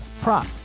prop